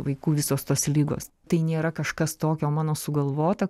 vaikų visos tos ligos tai nėra kažkas tokio mano sugalvota